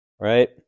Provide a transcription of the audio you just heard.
right